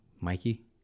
Mikey